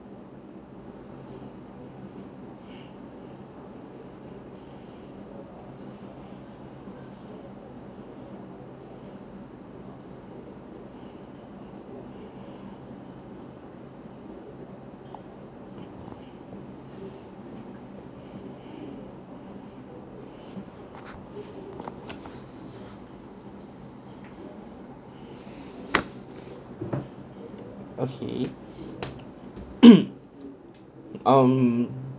okay um